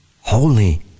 holy